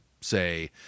say